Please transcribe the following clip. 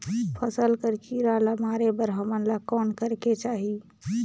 फसल कर कीरा ला मारे बर हमन ला कौन करेके चाही?